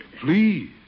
Please